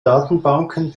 datenbanken